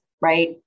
right